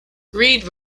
reid